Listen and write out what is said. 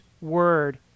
word